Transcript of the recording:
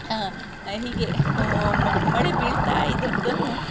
ಹೀಗೆ ಮಳೆ ಬೀಳ್ತಾಯಿದ್ದದ್ದನ್ನು